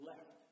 left